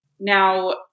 Now